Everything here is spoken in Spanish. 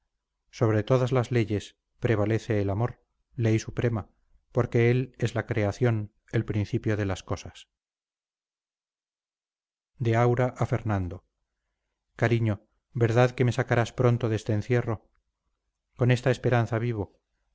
sobre todas las leyes prevalece el amor ley suprema porque él es la creación el principio de las cosas de aura a fernando cariño verdad que me sacarás pronto de este encierro con esta esperanza vivo